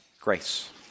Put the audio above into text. grace